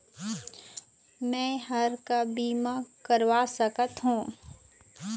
मैं हर का बीमा करवा सकत हो?